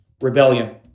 rebellion